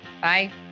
Bye